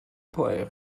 player